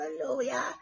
hallelujah